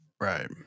Right